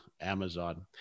Amazon